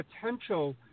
potential